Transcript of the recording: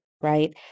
right